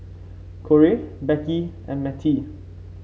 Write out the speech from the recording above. Korey Becky and Mettie